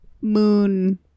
Moon